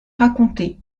raconté